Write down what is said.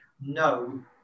No